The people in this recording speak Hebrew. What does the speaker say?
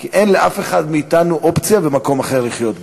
כי אין לאף אחד מאתנו אופציה ומקום אחר לחיות בו,